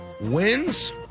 wins